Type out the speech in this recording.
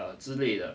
uh 之类的